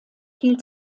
hielt